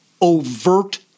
overt